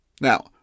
Now